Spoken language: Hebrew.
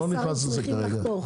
אני לא נכנס לזה כרגע.